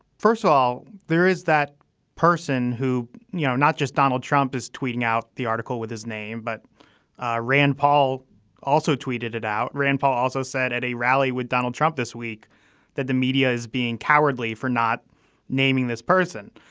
first of all there is that person who you know not just donald trump is tweeting out the article with his name but ah rand paul also tweeted it out. rand paul also said at a rally with donald trump this week that the media is being cowardly for not naming this person.